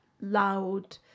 loud